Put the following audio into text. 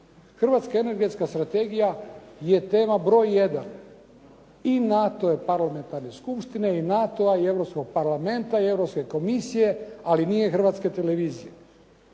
Hrvatska energetska strategija je tema broj jedan i NATO parlamentarne skupštine i NATO-a i Europskog parlamenta i Europske komisije, ali nije Hrvatske televizije.